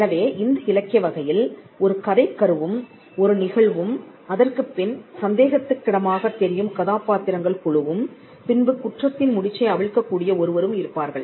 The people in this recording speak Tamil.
எனவே இந்த இலக்கிய வகையில் ஒரு கதைக்கருவும் ஒரு நிகழ்வும் அதற்குப்பின் சந்தேகத்துக்கிடமாகத் தெரியும் கதாபாத்திரங்கள் குழுவும் பின்பு குற்றத்தின் முடிச்சை அவிழ்க்க கூடிய ஒருவரும் இருப்பார்கள்